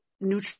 neutral